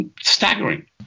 staggering